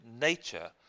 nature